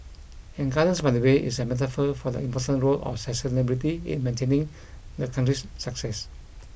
and Gardens by the Bay is a metaphor for the important role of sustainability in maintaining the country's success